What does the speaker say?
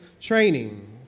training